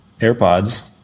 AirPods